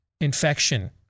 infection